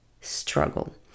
struggle